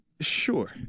sure